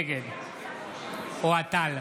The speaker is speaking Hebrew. נגד אוהד טל,